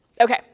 Okay